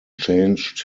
changed